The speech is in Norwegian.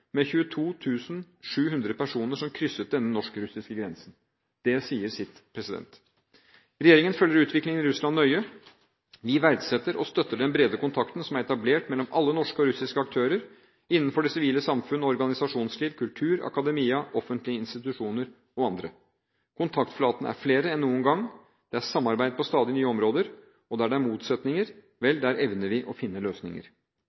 med 22 700 personer som krysset denne norsk-russiske grensen. Det sier sitt. Regjeringen følger utviklingen i Russland nøye. Vi verdsetter og støtter den brede kontakten som er etablert mellom alle norske og russiske aktører innenfor det sivile samfunn og organisasjonsliv, kultur, akademia, offentlige institusjoner og andre. Kontaktflatene er flere enn noen gang. Det er samarbeid på stadig nye områder. Og der det er motsetninger, evner vi å finne løsninger.